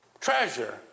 treasure